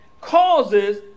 causes